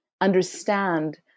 understand